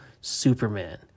Superman